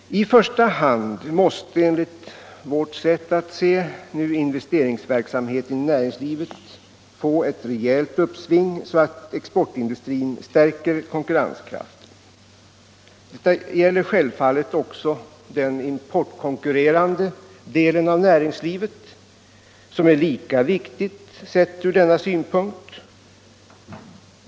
I första hand måste, enligt vårt sätt att se, investeringsverksamheten i näringslivet få ett rejält uppsving, så att exportindustrin stärker sin konkurrenskraft. Detta gäller självfallet också den importkonkurrerande delen av näringslivet, som är lika viktig sett från denna synpunkt.